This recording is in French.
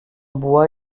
bois